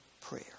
prayer